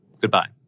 Goodbye